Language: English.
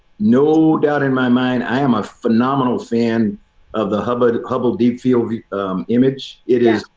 no doubt in my mind, i am a phenomenal fan of the hubble hubble deep field image. it is.